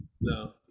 no